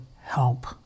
help